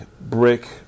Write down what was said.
brick